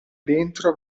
dentro